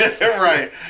Right